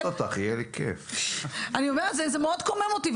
זה מאוד קומם אותי.